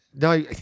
No